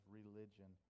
religion